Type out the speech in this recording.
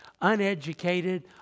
uneducated